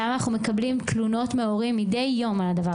למה אנחנו מקבלים תלונות מההורים מדי יום על הדבר